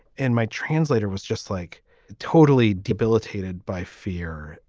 and my translator was just like totally debilitated by fear.